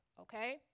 okay